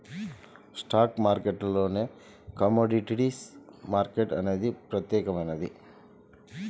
stock మార్కెట్టులోనే commodities market అనేది ప్రత్యేకమైనది